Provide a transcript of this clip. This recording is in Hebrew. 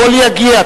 הכול יגיע.